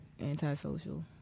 antisocial